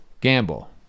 gamble